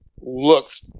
looks